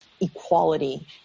equality